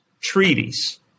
treaties